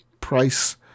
price